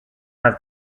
have